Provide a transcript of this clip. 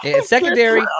Secondary